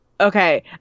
Okay